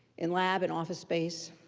in lab and office space,